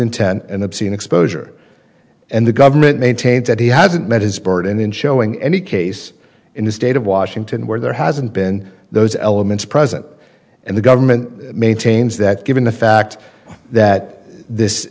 intent and obscene exposure and the government maintains that he hasn't met his burden in showing any case in the state of washington where there hasn't been those elements present and the government maintains that given the fact that this